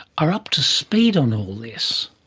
are up to speed on all this?